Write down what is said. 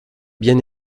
bien